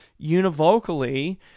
univocally